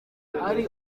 ari